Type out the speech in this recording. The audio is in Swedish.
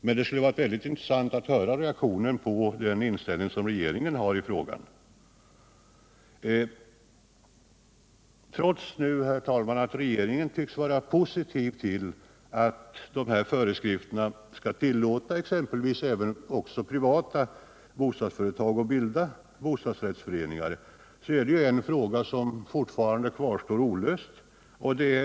Men det hade varit intressant att höra deras reaktion på regeringens inställning. Trots att regeringen tycks vara positiv till att gällande föreskrifter skall tillåta privata bostadsföretag att bilda bostadsrättsföreningar, så finns det dock en fråga olöst.